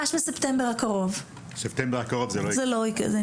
בספטמבר הקרוב זה לא יקרה.